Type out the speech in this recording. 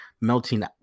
melting